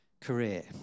career